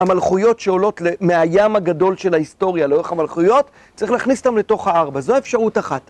המלכויות שעולות מהים הגדול של ההיסטוריה לאורך המלכויות צריך להכניס אותן לתוך הארבע, זו האפשרות אחת.